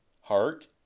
heart